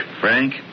Frank